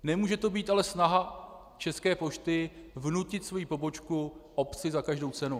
Nemůže to být ale snaha České pošty vnutit svoji pobočku obci za každou cenu.